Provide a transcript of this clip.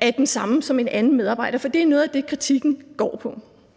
er den samme, som den måde, det gøres på af en anden medarbejder, for det er noget af det, kritikken går på.